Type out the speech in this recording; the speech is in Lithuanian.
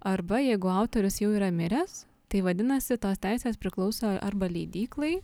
arba jeigu autorius jau yra miręs tai vadinasi tos teisės priklauso arba leidyklai